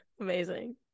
Amazing